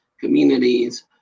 communities